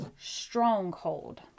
stronghold